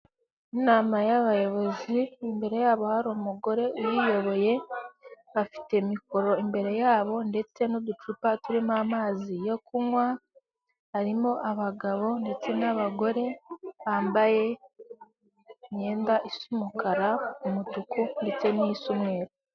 Inama y'abayobozi imbere yabo hari umugore uyiyoboye, afite mikoro imbere yabo ndetse n'uducupa turimo amazi yo kunywa, arimo abagabo ndetse n'abagore bambaye imyenda isa umukara, umutuku ndetse n'isa mweru.